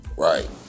Right